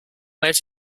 let